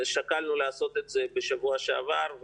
שקלנו לעשות את זה בשבוע שעבר,